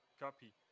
copy